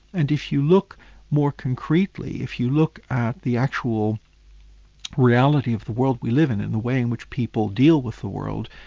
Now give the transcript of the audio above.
and if you look more concretely, if you look at the actual reality of the world we live in, and the way in which people deal with the world,